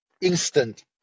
instant